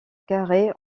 carré